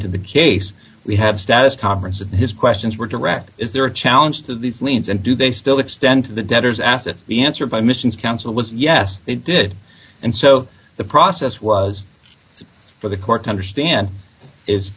to the case we have status conference and his questions were direct is there a challenge to these liens and do they still extend to the debtors assets the answer of my missions counsel was yes they did and so the process was for the court to understand is